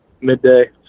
midday